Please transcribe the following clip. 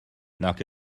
nac